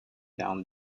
down